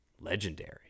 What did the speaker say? legendary